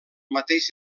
mateix